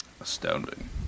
astounding